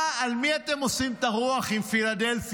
על מי אתם עושים את הרוח עם פילדלפי?